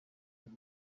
nazo